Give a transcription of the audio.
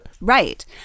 right